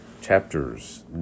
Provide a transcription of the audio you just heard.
chapters